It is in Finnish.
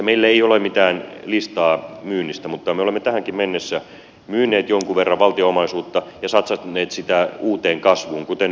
meillä ei ole mitään listaa myynnistä mutta me olemme tähänkin mennessä myyneet jonkun verran valtion omaisuutta ja satsanneet sitä uuteen kasvuun kuten nyt vaikkapa yritysten rahoitusmahdollisuuksien vahvistamiseen